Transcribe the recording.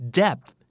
depth